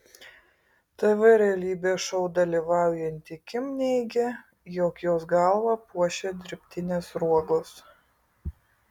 tv realybės šou dalyvaujanti kim neigia jog jos galvą puošia dirbtinės sruogos